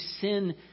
sin